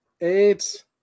Eight